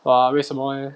!wah! 为什么 leh